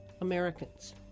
Americans